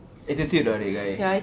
attitude ah that guy